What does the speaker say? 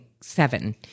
seven